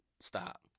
Stop